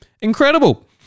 Incredible